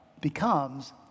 becomes